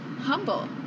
Humble